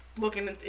looking